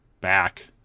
back